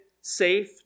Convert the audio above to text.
safe